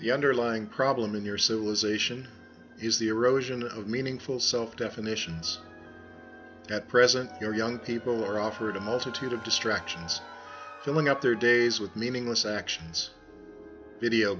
the underlying problem in your civilization is the erosion of meaningful self definitions at present your young people are offered a multitude of distractions filling up their days with meaningless actions video